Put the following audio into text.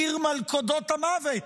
עיר מלכודות המוות,